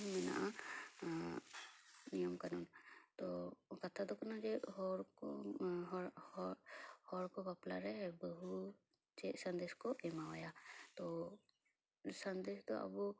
ᱢᱮᱱᱟᱜᱼᱟ ᱱᱤᱭᱚᱢ ᱠᱟᱹᱱᱩᱱ ᱛᱚ ᱠᱟᱛᱷᱟ ᱫᱚ ᱠᱟᱱᱟ ᱡᱮ ᱦᱚᱲ ᱠᱚ ᱦᱚᱲ ᱦᱚᱲ ᱠᱚ ᱵᱟᱯᱞᱟᱨᱮ ᱵᱟᱹᱦᱩ ᱪᱮᱫ ᱥᱟᱸᱫᱮᱥ ᱠᱚ ᱮᱢᱟᱭᱟ ᱛᱚ ᱥᱟᱸᱫᱮᱥ ᱫᱚ ᱟᱵᱚ